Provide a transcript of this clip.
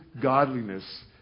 godliness